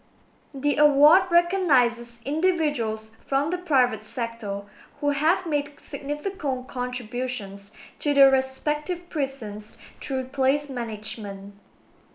the award recognises individuals from the private sector who have made significant contributions to their respective precincts through place management